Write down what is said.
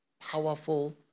powerful